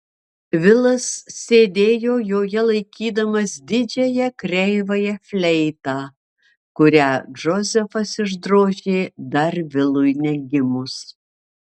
vilas sėdėjo joje laikydamas didžiąją kreivąją fleitą kurią džozefas išdrožė dar vilui negimus